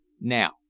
Now